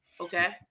Okay